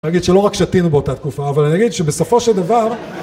בוא נגיד שלא רק שתינו באותה תקופה, אבל אני אגיד שבסופו של דבר